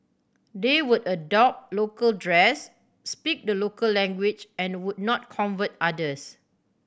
they would adopt local dress speak the local language and would not convert others